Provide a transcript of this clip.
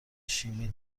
شیمی